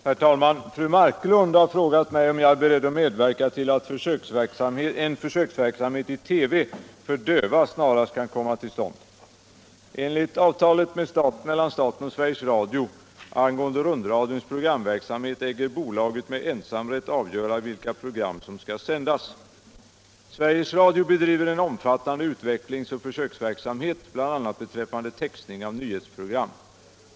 Herr talman! Fru Marklund har frågat mig om jag är beredd att medverka till att en försöksverksamhet i TV för döva snarast kan komma till stånd. Sveriges Radio bedriver en omfattande utvecklingsoch försöksverksamhet, bl.a. beträffande textning av nyhetsprogram.